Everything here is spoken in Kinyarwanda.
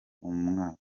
umwaka